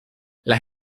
las